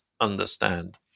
understand